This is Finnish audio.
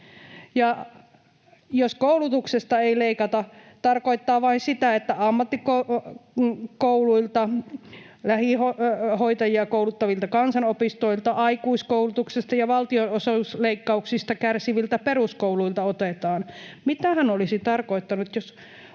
jos koulutuksesta ei leikata, tarkoittaa se vain sitä, että ammattikouluilta, lähihoitajia kouluttavilta kansanopistoilta, aikuiskoulutuksesta ja valtionosuusleikkauksista kärsiviltä peruskouluilta otetaan. Mitähän olisi tarkoittanut, jos